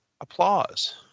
applause